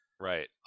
Right